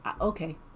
Okay